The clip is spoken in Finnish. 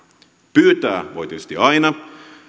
pyytää voi tietysti aina